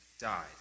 died